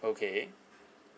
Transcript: okay